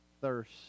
Thirst